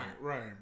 right